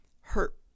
hurt